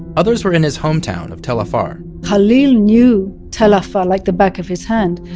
others were in his hometown of tel afar khalil knew tel afar like the back of his hand.